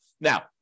now